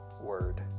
word